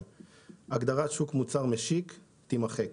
ההגדרה "שוק מוצר משיק" תימחק.